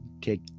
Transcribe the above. Take